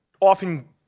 often